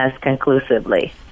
conclusively